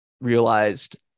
realized